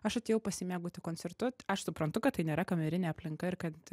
aš atėjau pasimėgauti koncertu aš suprantu kad tai nėra kamerinė aplinka ir kad